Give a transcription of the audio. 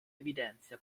evidenzia